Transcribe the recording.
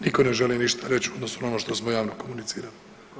Nitko ne želi ništa reći u odnosu na ono što smo javno komunicirali.